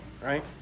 right